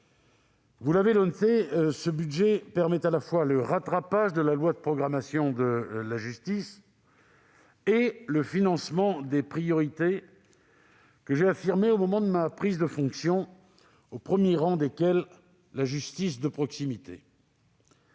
vous l'avez noté, ce budget permet à la fois le rattrapage de la loi de programmation pour la justice et le financement des priorités que j'ai affirmées au moment de ma prise de fonction, au premier rang desquelles la justice de proximité.